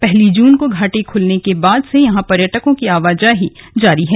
पहली जून को घाटी खुलने के बाद से यहां पर्यटकों की आवाजाही जारी है